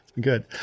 Good